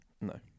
No